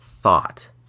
thought